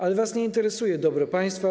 Ale was nie interesuje dobro państwa.